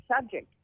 subject